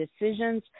decisions